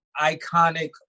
iconic